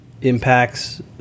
impacts